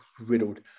riddled